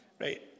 right